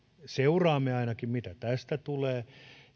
seuraamme ainakin mitä tästä tulee